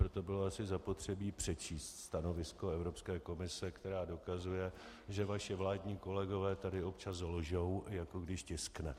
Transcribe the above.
Proto bylo asi zapotřebí přečíst stanovisko Evropské komise, která dokazuje, že vaši vládní kolegové tady občas lžou, jako když tiskne.